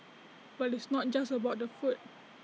but it's not just about the food